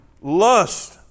lust